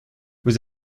vous